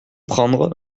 prendre